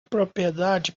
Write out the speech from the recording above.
propriedade